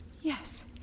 Yes